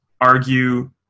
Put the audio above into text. argue